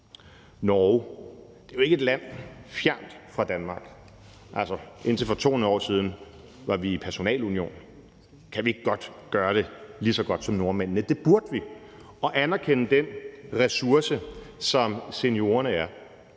Norge er jo ikke et land fjernt fra Danmark. Altså, indtil for 200 år siden var vi i personalunion. Kan vi ikke godt gøre det lige så godt som nordmændene? Det burde vi. Kan vi ikke godt anerkende den ressource, som seniorerne er?